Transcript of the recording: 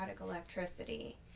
electricity